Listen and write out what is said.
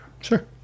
Sure